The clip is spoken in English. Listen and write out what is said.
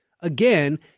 again